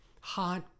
Hot